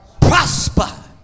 Prosper